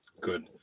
Good